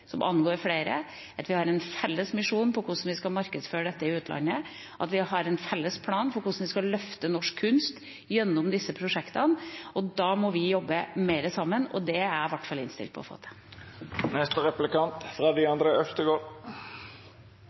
som angår flere, at vi har en felles misjon for hvordan vi skal markedsføre dette i utlandet, og at vi har en felles plan for hvordan vi skal løfte norsk kunst gjennom disse prosjektene. Da må vi jobbe mer sammen, og det er i hvert fall jeg innstilt på å få til.